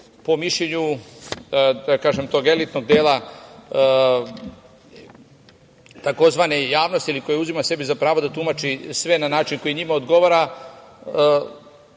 po mišljenju, da kažem tog elitnog dela tzv. javnosti, ili koja uzima sebi za pravo da tumači sve na način koji njima odgovara,